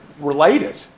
related